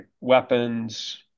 weapons